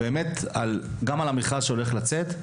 על המכרז שהולך לצאת,